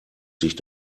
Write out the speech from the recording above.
sich